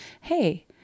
hey